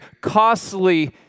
costly